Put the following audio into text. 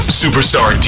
superstar